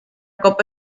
copa